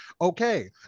okay